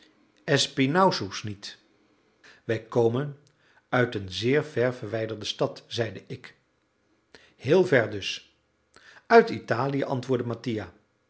espinassous niet wij komen uit een zeer ver verwijderde stad zeide ik heel ver dus uit italië antwoordde mattia